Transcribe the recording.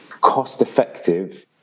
cost-effective